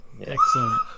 excellent